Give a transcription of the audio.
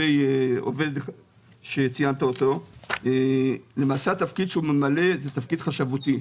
עובד שציינת אותו - התפקיד שהוא ממלא הוא תפקיד חשבותי.